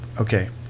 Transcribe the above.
Okay